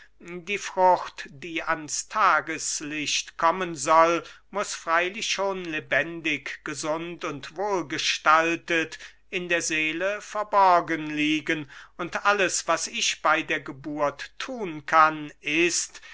die frucht die ans tageslicht kommen soll muß freylich schon lebendig gesund und wohlgestaltet in der seele verborgen liegen und alles was ich bey der geburt thun kann ist